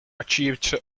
achieve